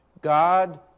God